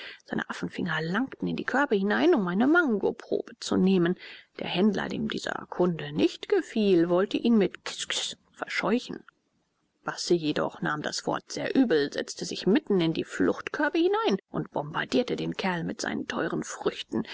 seine affenfinger langten in die körbe hinein um eine mangoprobe zu nehmen der händler dem dieser kunde nicht gefiel wollte ihn mit kiskis verscheuchen basse jedoch nahm das wort sehr übel setzte sich mitten in die fluchtkörbe hinein und bombardierte den kerl mit seinen teuren früchten